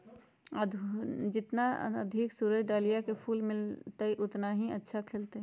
जितना अधिक सूरज डाहलिया के फूल मिलतय, उतना ही अच्छा खिलतय